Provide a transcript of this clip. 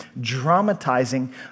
dramatizing